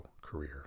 career